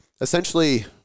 essentially